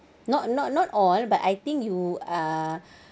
not not not all but I think you uh